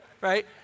right